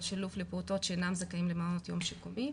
לפעוטות שאינם זכאים למעון יום שיקומי,